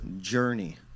journey